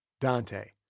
Dante